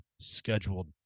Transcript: scheduled